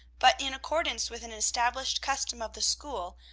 but, in accordance with an established custom of the school,